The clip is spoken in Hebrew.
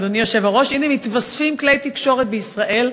אדוני היושב-ראש, הנה מתווספים כלי תקשורת בישראל.